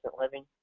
living